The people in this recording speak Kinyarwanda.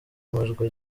amajwi